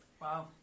Wow